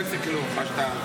לא יצא כלום ממה שאתה,